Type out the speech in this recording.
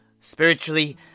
spiritually